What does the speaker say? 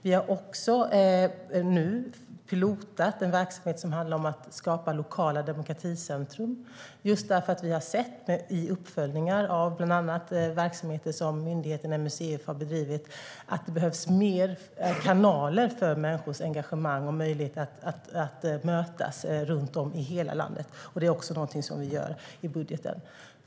Vi har nu även pilotat en verksamhet som handlar om att skapa lokala demokraticentrum, just för att vi i uppföljningar av bland annat verksamheter som myndigheten MUCF har bedrivit har sett att det behövs mer kanaler för människors engagemang och möjligheter att mötas runt om i hela landet. Det är också någonting vi gör i budgeten.